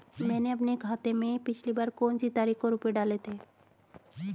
मैंने अपने खाते में पिछली बार कौनसी तारीख को रुपये डाले थे?